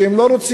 שהם לא רוצים?